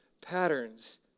patterns